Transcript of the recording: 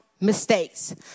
mistakes